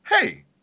Hey